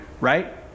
right